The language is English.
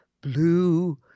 blue